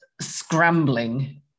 scrambling